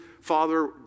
father